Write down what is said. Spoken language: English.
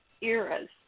eras